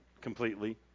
completely